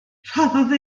rhoddodd